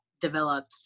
developed